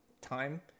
time